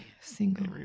single